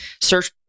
search